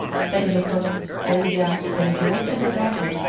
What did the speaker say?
st. nicholas, elijah, st. george and the dragon,